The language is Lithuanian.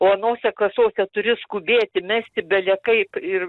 o anose kasose turi skubėti mesti belekaip ir